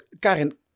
Karin